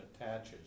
attaches